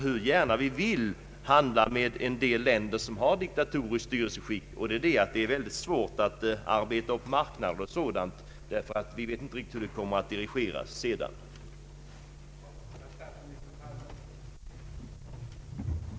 Hur gärna vi än vill handla med länder med diktatoriskt styrelseskick, så kommer man inte ifrån att det är mycket svårt att där arbeta upp marknader m.m., därför att vi inte riktigt vet hur diktaturregeringen kommer att handla längre fram.